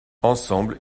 ensemble